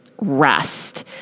rest